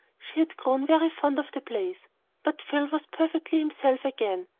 she had grown very fond of the place but phil was perfectly himself again,